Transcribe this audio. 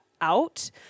out